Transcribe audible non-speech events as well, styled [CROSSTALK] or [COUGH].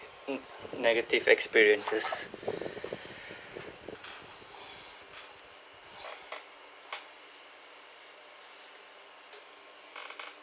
mm negative experiences [BREATH]